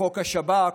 בחוק השב"כ,